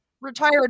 Retired